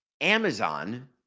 Amazon